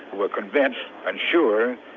were convinced, i'm sure,